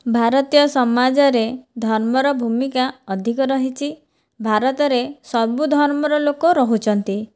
ଭାରତୀୟ ସମାଜରେ ଧର୍ମର ଭୂମିକା ଅଧିକ ରହିଛି ଭାରତରେ ସବୁ ଧର୍ମର ଲୋକ ରହୁଛନ୍ତି